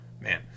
Man